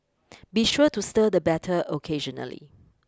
be sure to stir the batter occasionally